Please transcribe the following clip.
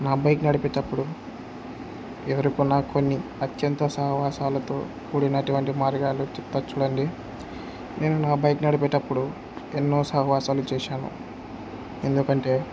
నా బైక్ నడిపేటప్పుడు ఎవరుకన్న కొన్ని అత్యంత సహవాసాలతో కూడినటువంటి మార్గాలు చెప్తా చూడండి నేను నా బైక్ నడిపేటప్పుడు ఎన్నో సాహసాలు చేశాను ఎందుకంటే